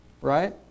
right